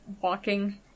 walking